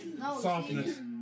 softness